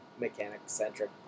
mechanic-centric